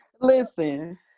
Listen